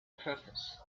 purpose